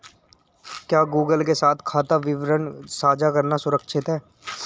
क्या गूगल के साथ खाता विवरण साझा करना सुरक्षित है?